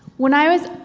when i was.